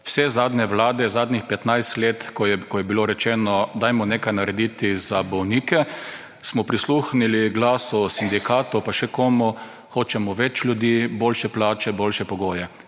Vse zadnje vlade zadnjih 15 let, ko je bilo rečeno, dajmo nekaj narediti za bolnike, smo prisluhnili glasu sindikatov, pa še komu, hočemo več ljudi, boljše plače, boljše pogoje.